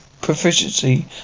proficiency